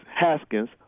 Haskins